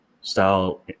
style